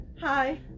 Hi